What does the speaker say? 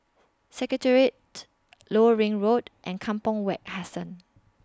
Secretariat Lower Ring Road and Kampong Wak Hassan